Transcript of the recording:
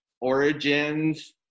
origins